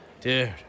dude